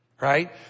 Right